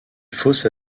fausse